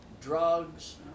drugs